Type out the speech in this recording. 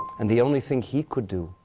and the only thing he could do